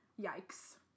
Yikes